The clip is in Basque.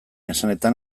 esanetan